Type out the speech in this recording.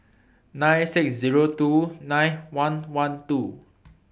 nine thousand six hundred and two nine thousand one hundred and twelve